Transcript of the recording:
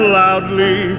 loudly